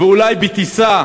אולי בטיסה